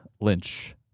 Lynch